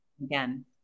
again